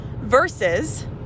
Versus